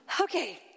Okay